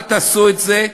אל תעשו את זה,